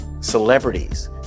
celebrities